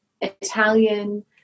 Italian